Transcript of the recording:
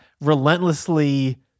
relentlessly